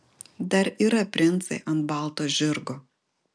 dar yra princai ant balto žirgo